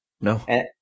no